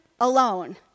alone